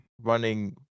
running